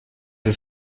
ist